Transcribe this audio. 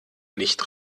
nicht